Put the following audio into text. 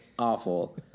awful